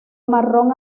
marrón